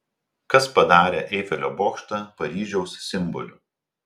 kas padarė eifelio bokštą paryžiaus simboliu